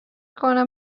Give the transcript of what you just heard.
کنم